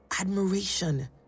admiration